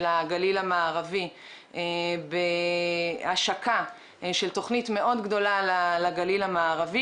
הגליל המערבי בהשקה של תוכנית מאוד גדולה של הגליל המערבי